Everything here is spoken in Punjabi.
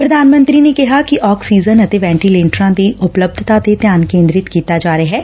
ਪੁਧਾਨ ਮੰਤਰੀ ਨੇ ਕਿਹਾ ਕਿ ਆਕਸੀਜਨ ਅਤੇ ਵੈਟੀਲੇਟਰਾ ਦੀ ਉਪਲੱਬਧਤਾ ਤੇ ਧਿਆਨ ਕੇਦਰਿਤ ਕੀਤਾ ਜਾ ਰਿਹੈ